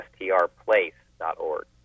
strplace.org